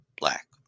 black